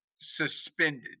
suspended